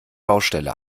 baustelle